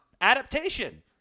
adaptation